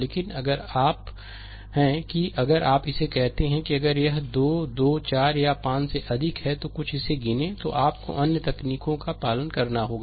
लेकिन अगर आप हैं कि अगर आप इसे कहते हैं अगर यह 2 2 4 या 5 से अधिक है तो कुछ इसे गिनें तो आपको अन्य तकनीकों का पालन करना होगा